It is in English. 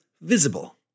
Visible